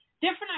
Different